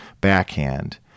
backhand